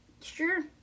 Sure